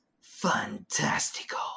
fantastical